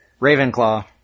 Ravenclaw